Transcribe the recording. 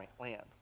land